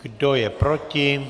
Kdo je proti?